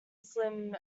slim